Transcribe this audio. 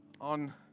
on